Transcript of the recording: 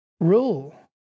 rule